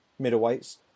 middleweights